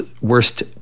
worst